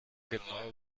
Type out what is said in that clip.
genau